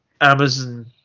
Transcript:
Amazon